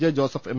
J Joseph M